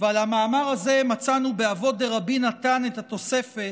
ועל המאמר הזה מצאנו באבות דרבי נתן את התוספת: